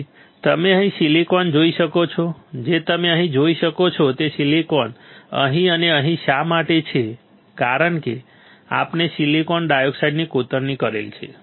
તેથી તમે અહીં સિલિકોન જોઈ શકો છો જે તમે અહીં જોઈ શકો છો તે સિલિકોન અહીં અને અહીં શા માટે છે કારણ કે આપણે સિલિકોન ડાયોક્સાઈડની કોતરણી કરેલ છે